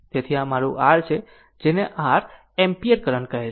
તેથી આ મારું r છે જેને 5 એમ્પીયર કરંટ કહે છે